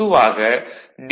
பொதுவாக டி